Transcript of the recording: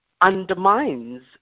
undermines